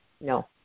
no